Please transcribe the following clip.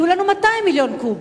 יהיו לנו 200 מיליון קוב.